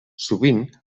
sovint